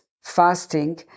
fasting